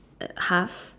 the half